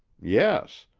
yes.